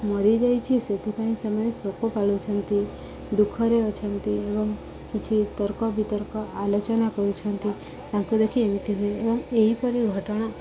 ମରିଯାଇଛି ସେଥିପାଇଁ ସେମାନେ ସୋକ ପାଳୁଛନ୍ତି ଦୁଃଖରେ ଅଛନ୍ତି ଏବଂ କିଛି ତର୍କ ବିତର୍କ ଆଲୋଚନା କରୁଛନ୍ତି ତାଙ୍କୁ ଦେଖି ଏମିତି ହୁଏ ଏବଂ ଏହିପରି ଘଟଣା